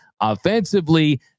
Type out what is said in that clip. offensively